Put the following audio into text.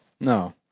No